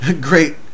great